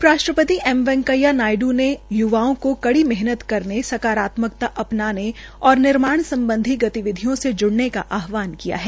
उप राष्ट्रपति एम वैकेंया नायडू ने य्वाओं को कड़ी मेहनत करने साकारत्मकता अपनाने और निर्माण सम्बधी गतिविधियों से जुड़ने का आहवान किया है